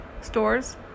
stores